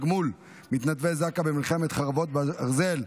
תגמול מתנדבי זק"א במלחמת חרבות ברזל),